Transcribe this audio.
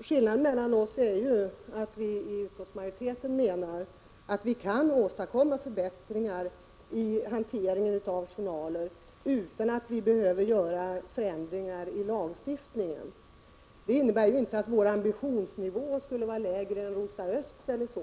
Skillnaden mellan oss är att vi från utskottsmajoriteten menar att man kan åstadkomma förbättringar i hanteringen av journaler utan att behöva förändra lagstiftningen. Det innebär inte att vår ambitionsnivå skulle vara lägre än Rosa Ösths.